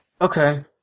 Okay